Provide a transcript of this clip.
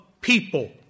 people